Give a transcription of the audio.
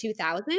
2000